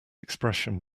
expression